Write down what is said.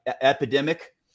epidemic